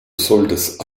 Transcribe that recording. solltest